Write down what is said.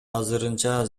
азырынча